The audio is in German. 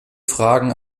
fragen